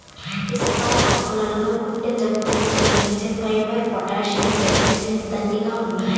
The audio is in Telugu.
పిస్తా పప్పుల్లో గుండె జబ్బులను తగ్గించే ఫైబర్, పొటాషియం, మెగ్నీషియం, దండిగా ఉన్నాయి